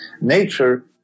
nature